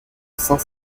saint